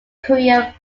korea